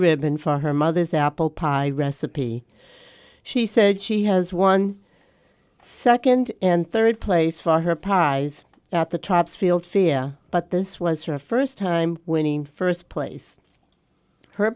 ribbon for her mother's apple pie recipe she said she has won second and third place for her prize at the top field fia but this was her first time winning first place her